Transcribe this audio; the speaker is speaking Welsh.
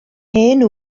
hen